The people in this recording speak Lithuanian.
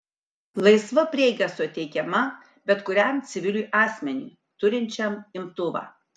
laisva prieiga suteikiama bet kuriam civiliui asmeniui turinčiam imtuvą